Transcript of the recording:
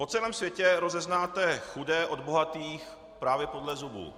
Po celém světě rozeznáte chudé od bohatých právě podle zubů.